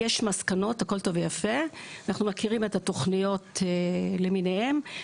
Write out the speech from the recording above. יש מסקנות ואנחנו מכירים את התכניות למיניהן,